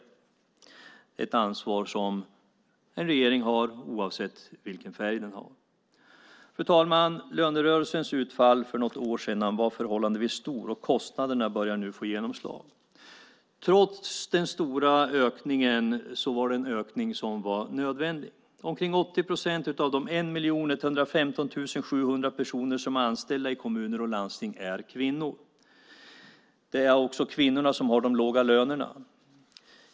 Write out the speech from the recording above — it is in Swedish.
Det är ett ansvar som en regering har oavsett vilken färg den har. Fru talman! Lönerörelsens utfall för något år sedan var förhållandevis stort, och kostnaderna börjar nu få genomslag. Trots den stora ökningen var det en ökning som var nödvändigt: Omkring 80 procent av de 1 115 700 personer som är anställda i kommuner och landsting är kvinnor. Det är också kvinnorna som har de låga lönerna.